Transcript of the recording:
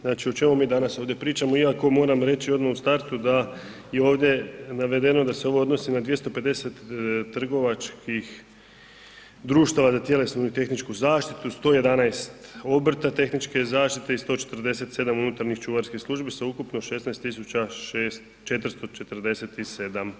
Znači o čemu mi danas ovdje pričamo, iako moram reći odmah u startu da je ovdje navedeno da se ovo odnosi na 250 trgovačkih društava za tjelesnu i tehničku zaštitu, 111 obrta tehničke zaštite i 147 unutarnjih čuvarskih službi, sveukupno 16.447.